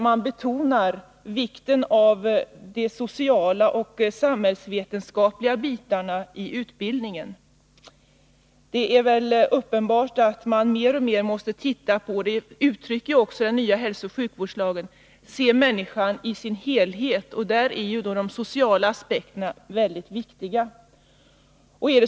Man betonar där vikten av de sociala och samhällsvetenskapliga delarna av utbildningen. Det är väl uppenbart att man mer och mer måste — det sägs också i den nya hälsooch sjukvårdslagen — se människan som en helhet, och där är de sociala aspekterna mycket viktiga.